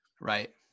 Right